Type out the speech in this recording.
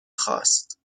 خاست